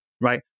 Right